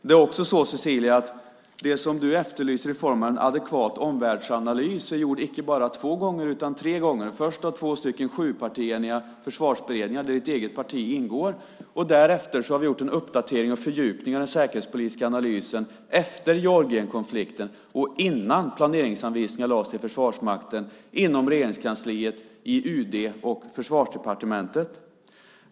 Det är också så, Cecilia, att det du efterlyser i form av en adekvat omvärldsanalys är gjort icke bara två gånger utan tre gånger - först av två sjupartieniga försvarsberedningar, där ditt eget parti ingår. Därefter har vi gjort en uppdatering och fördjupning av den säkerhetspolitiska analysen inom Regeringskansliet, i UD och Försvarsdepartementet, efter Georgienkonflikten och innan planeringsanvisningar lades till Försvarsmakten.